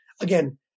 again